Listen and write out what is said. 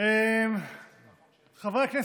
חברי הכנסת,